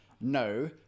no